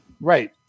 right